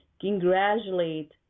congratulate